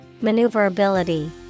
Maneuverability